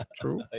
true